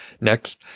Next